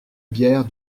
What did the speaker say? bière